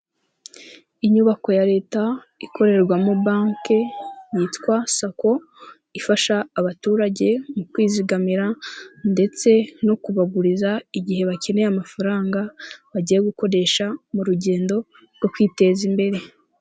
Inyubako ya Leta ikorerwamo banki yitwa SACCO, ifasha abaturage mu kwizigamira ndetse no kubaguriza, igihe bakeneye amafaranga bagiye gukoresha, mu rugendo rwo kwiteza imbere.